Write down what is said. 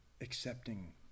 Accepting